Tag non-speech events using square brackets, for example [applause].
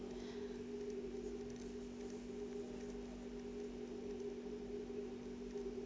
[breath]